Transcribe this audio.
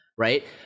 Right